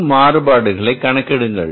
பொருள் மாறுபாடுகளைக் கணக்கிடுங்கள்